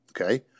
okay